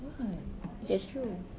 what it's true